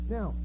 Now